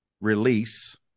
release